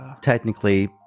technically